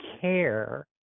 care